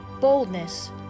boldness